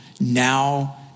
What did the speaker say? now